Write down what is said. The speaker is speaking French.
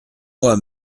moi